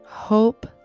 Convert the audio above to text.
Hope